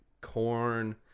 corn